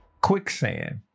quicksand